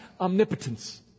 omnipotence